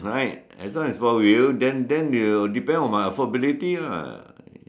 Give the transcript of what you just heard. right as long as four wheel then then will depend on my affordability lah